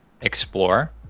explore